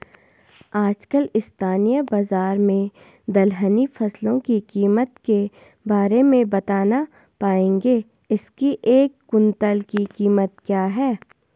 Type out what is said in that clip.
आजकल स्थानीय बाज़ार में दलहनी फसलों की कीमत के बारे में बताना पाएंगे इसकी एक कुन्तल की कीमत क्या है?